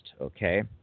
okay